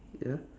ya